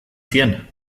ziren